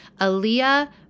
Aaliyah